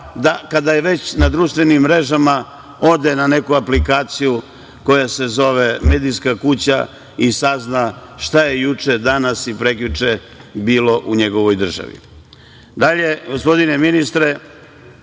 kada je već na društvenim mrežama, ode na neku aplikaciju koja se zove „medijska kuća“ i sazna šta je juče, danas i prekjuče bilo u njegovoj državi. Dalje, gospodine ministre,